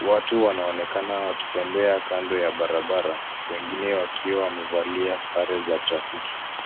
Watu wanaonekana wakitembea kando ya barabara, wengine wakiwa wamevalia sare za trafiki.